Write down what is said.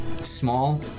small